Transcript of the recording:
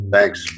Thanks